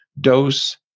dose